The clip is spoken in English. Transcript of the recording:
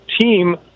team